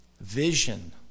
vision